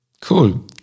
Cool